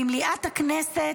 במליאת הכנסת,